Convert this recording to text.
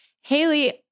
Haley